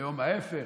היום ההפך,